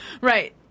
Right